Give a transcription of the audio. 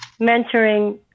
mentoring